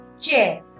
chair